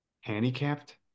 Handicapped